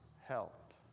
help